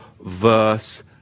verse